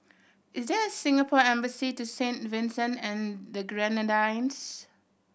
is there a Singapore Embassy to Saint Vincent and the Grenadines